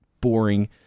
boring